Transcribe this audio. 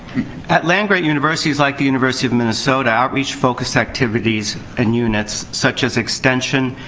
at land grant universities, like the university of minnesota, outreach focused activities and units, such as extension,